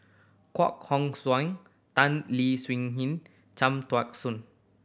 Koh Hong Tan Leo Wee Hin and Cham Tao Soon